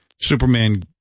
Superman